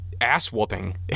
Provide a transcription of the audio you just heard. ass-whooping